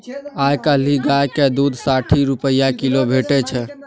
आइ काल्हि गायक दुध साठि रुपा किलो भेटै छै